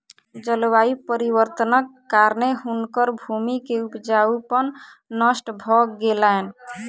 जलवायु परिवर्तनक कारणेँ हुनकर भूमि के उपजाऊपन नष्ट भ गेलैन